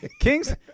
Kings